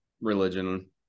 religion